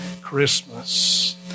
Christmas